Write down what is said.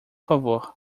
favor